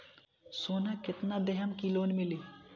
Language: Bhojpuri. सोना कितना देहम की लोन मिली?